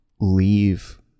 leave